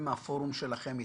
הפורום שלך התכנס?